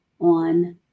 on